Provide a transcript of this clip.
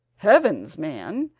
heavens, man!